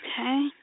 Okay